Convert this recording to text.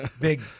big